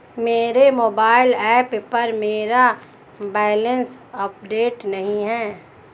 मेरे mobile app पर मेरा बैलेंस अपडेट नहीं है